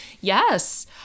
Yes